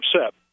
upset